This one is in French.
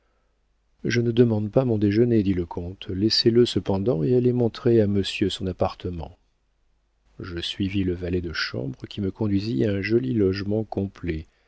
je ne demande pas mon déjeuner dit le comte laissez-le cependant et allez montrer à monsieur son appartement je suivis le valet de chambre qui me conduisit à un joli logement complet